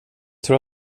tror